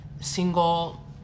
single